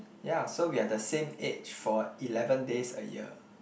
yeah so we are the same age for eleven days a year